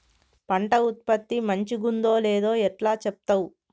పంట ఉత్పత్తి మంచిగుందో లేదో ఎట్లా చెప్తవ్?